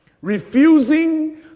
Refusing